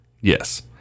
Yes